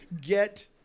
Get